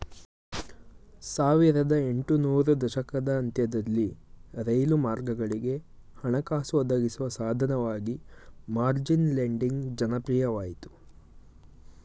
ಸಾವಿರದ ಎಂಟು ನೂರು ದಶಕದ ಅಂತ್ಯದಲ್ಲಿ ರೈಲು ಮಾರ್ಗಗಳಿಗೆ ಹಣಕಾಸು ಒದಗಿಸುವ ಸಾಧನವಾಗಿ ಮಾರ್ಜಿನ್ ಲೆಂಡಿಂಗ್ ಜನಪ್ರಿಯವಾಯಿತು